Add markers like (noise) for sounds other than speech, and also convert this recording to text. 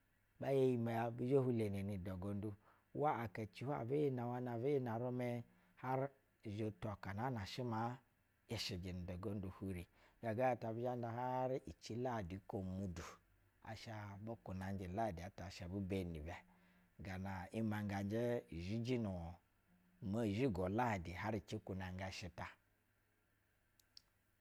Ba ya iyimɛ bi zhɛ hulo nu da gondu uwa akako (unintelligible) abɛ yɛ na hwana abɛ yɛ na rumɛ, har izhɛ to aka na shɛ ma ishɛjɛ nu da gondu hure. Ga ga ta abi zhɛ ban da harici ladi uko mudu (unintelligible) na ba abu kunanjɛ uladi ata ebu beni nu bwa gana imɛngɛnjɛ izhiji nu mozhigo ladi har ci kunanga shɛ ta.